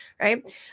Right